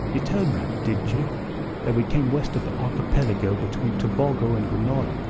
you told me didn't you that we came west of the archipelago between tobago and grenada,